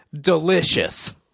Delicious